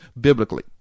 biblically